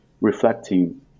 reflecting